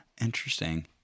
Interesting